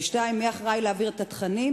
2. מי אחראי להעביר את התכנים,